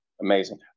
amazing